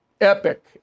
Epic